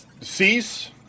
Cease